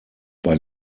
bei